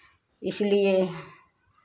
इसलिए